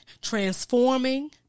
transforming